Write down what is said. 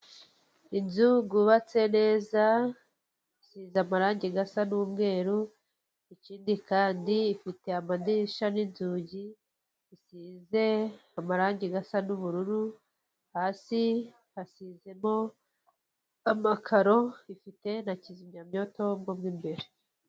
Inzu yubatse neza izsiz amarange asa n'umweru, ikindi kandi ifite amadirishya n'inzugi bisize amarangi asa n'ubururu, hasi hasizemo amakaro, ifite na kizimyamyoto mo imbere.